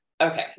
okay